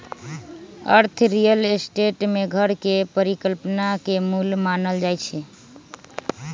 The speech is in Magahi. अर्थ रियल स्टेट में घर के परिकल्पना के मूल मानल जाई छई